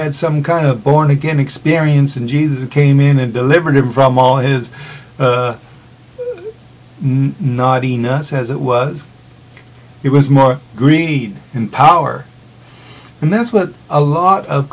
had some kind of born again experience and came in and delivered him from all his not enough as it was it was more greed in power and that's what a lot of